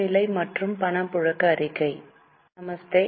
நமஸ்தே